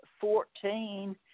fourteen